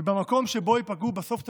ובמקום שבו ייפגעו בסוף תשתיות,